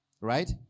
right